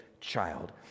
child